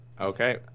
Okay